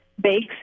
bakes